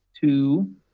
two